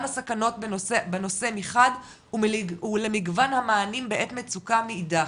הסכנות בנושא מחד ולמגוון המענים בעת מצוקה מאידך.